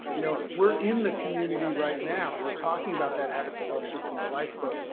you know, we're in the community right now and we're talking about that habits of health system the lifebook,